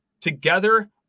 together